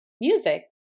music